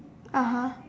(uh huh)